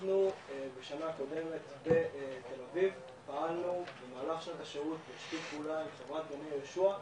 אנחנו בשנה הקודמת בתל אביב פעלנו בשיתוף פעולה עם חברת גני יהושע,